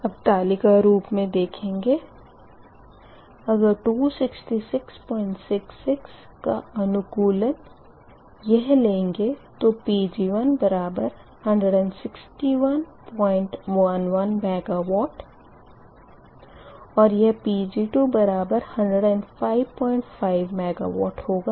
अब तालिका रूप मे देखेंगे अगर 26666 का अनुकूलन यह लेंगे तो Pg116111 MW और यह Pg2 1055 MW होगा